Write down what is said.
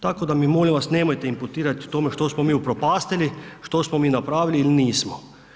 Tako da mi, molim vas nemojte imputirati to što smo mi upropastili, što smo mi napravili jer nismo.